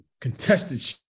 contested